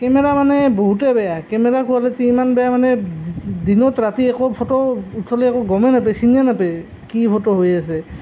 camera মানে বহুতেই বেয়া কেমেৰা কুৱালিটী ইমান বেয়া মানে দিনত ৰাতি একো ফটো উঠালে একো গমেই নেপাই চিনিয়ে নেপাই কি ফটো হৈ আছে